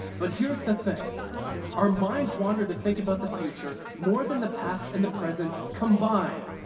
but here's the thing our minds wander to think about the future more than the past and the present combined.